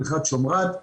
מנחת שומרת.